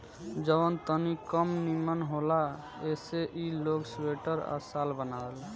जवन तनी कम निमन होला ऐसे ई लोग स्वेटर आ शाल बनावेला